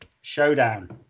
showdown